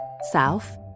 south